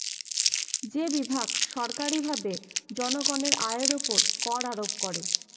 যে বিভাগ সরকারীভাবে জনগণের আয়ের উপর কর আরোপ করে